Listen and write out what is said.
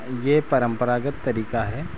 यह परम्परागत तरीक़ा है